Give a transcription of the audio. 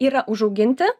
yra užauginti